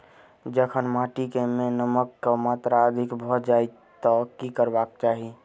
जखन माटि मे नमक कऽ मात्रा अधिक भऽ जाय तऽ की करबाक चाहि?